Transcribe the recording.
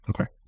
Okay